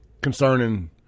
concerning